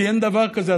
כי אין דבר כזה,